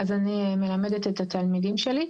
אז אני מלמדת את התלמידים שלי.